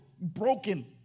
broken